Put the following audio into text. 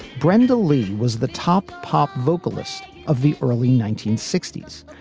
brenda leigh was the top pop vocalist of the early nineteen sixty s,